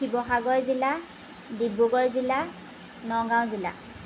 শিৱসাগৰ জিলা ডিব্ৰুগড় জিলা নগাঁও জিলা